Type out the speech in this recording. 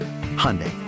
Hyundai